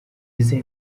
izihe